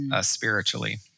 spiritually